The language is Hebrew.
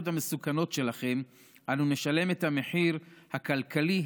המסוכנות שלכם אנו נשלם את המחיר הכלכלי,